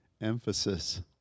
emphasis